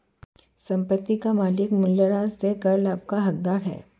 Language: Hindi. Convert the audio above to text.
संपत्ति का मालिक मूल्यह्रास से कर लाभ का हकदार है